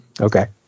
okay